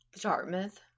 Dartmouth